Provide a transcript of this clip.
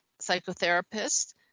psychotherapist